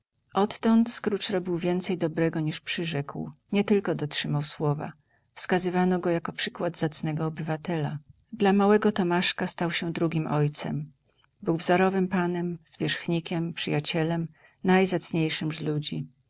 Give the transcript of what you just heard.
odtąd scrooge robił więcej dobrego niż przyrzekł nietylko dotrzymał słowa wskazywano go jako przykład zacnego obywatela dla małego tomaszka stał się drugim ojcem był wzorowym panem zwierzchnikiem przyjacielem najzacniejszym z ludzi